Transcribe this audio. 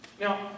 Now